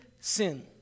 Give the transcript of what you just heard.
sin